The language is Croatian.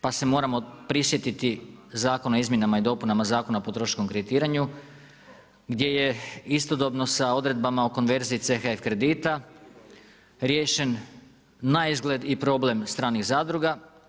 Pa se moramo prisjetiti Zakona o izmjenama i dopunama, Zakona o potrošačkom kreditiranju, gdje je istodobno sa odredbama o konverziji CHF kredita riješen naizgled i problem stranih zadruga.